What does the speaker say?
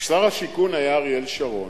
כששר השיכון היה אריאל שרון,